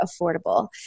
affordable